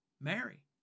Mary